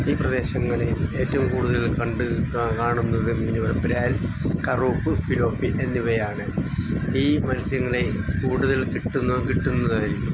ഈ പ്രദേശങ്ങളിൽ ഏറ്റവും കൂടുതൽ കണ്ട് കാണുന്നതും ഇനം വറപരാൽ കറോപ്പ് പിലോപ്പ് എന്നിവയാണ് ഈ മത്സ്യങ്ങളെ കൂടുതൽ കിട്ടുന്നത് കിട്ടുന്നതായിരിക്കും